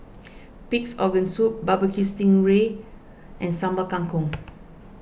Pig's Organ Soup barbeque Sting Ray and Sambal Kangkong